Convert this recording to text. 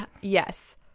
Yes